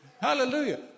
Hallelujah